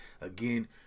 Again